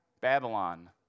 Babylon